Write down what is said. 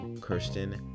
kirsten